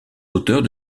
auteurs